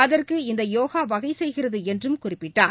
அதற்கு இந்தயோகாவகைசெய்கிறதுஎன்றும் குறிப்பிட்டார்